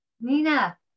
Nina